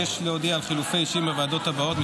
אבקש להודיע על חילופי אישים בוועדות הבאות: